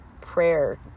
prayer